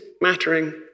mattering